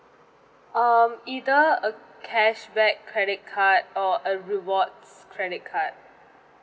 um either a cashback credit card or a rewards credit card